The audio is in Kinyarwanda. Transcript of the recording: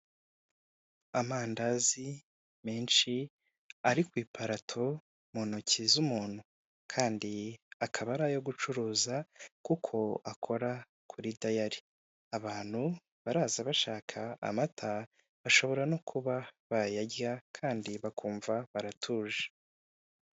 Amandazi menshi ari ku iparato mu ntoki z'umuntu kandi akaba ari ayo gucuruza kuko akora kuri dayari abantu baraza bashaka amata bashobora no kuba bayarya kandi bakumva baratuje.